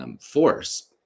force